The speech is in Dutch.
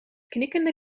knikkende